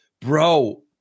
Bro